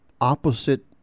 opposite